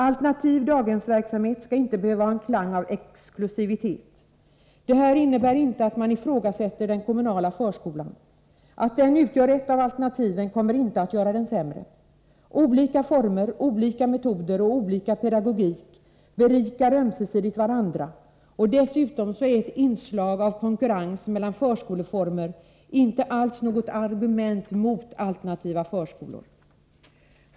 Alternativ daghemsverksamhet skall iate behöva ha en klang av exklusivitet. Det här innebär inte att man ifrågasätter den kommunala förskolan. Att den utgör ett av alternativen kommer inte att göra den sämre. Olika former, olika metoder och olika pedagogik berikar ömsesidigt varandra. Dessutom är ett inslag av konkurrens mellan förskoleformer inte alls något argument mot alternativa förskolor.